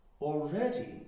Already